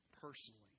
personally